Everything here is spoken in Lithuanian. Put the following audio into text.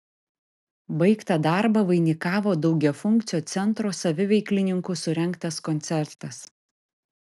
baigtą darbą vainikavo daugiafunkcio centro saviveiklininkų surengtas koncertas